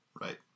Right